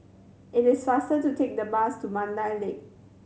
it is faster to take the bus to Mandai Lake